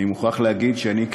אני מוכרח להגיד שאני,